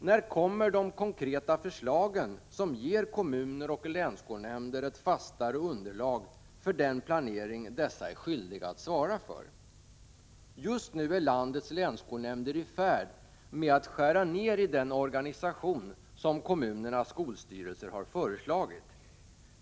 När kommer de konkreta förslag som ger kommuner och länsskolnämnder ett fastare underlag för den planering dessa är skyldiga att svara för? Just nu är landets länsskolnämnder i färd med att skära ned i den organisation som kommunernas skolstyrelser har föreslagit.